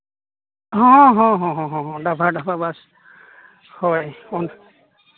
ᱦᱚᱸ ᱦᱚᱸ ᱦᱚᱸ ᱦᱳᱭ ᱵᱟᱥ ᱦᱳᱭ ᱵᱟᱥ ᱦᱳᱭ